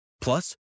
Plus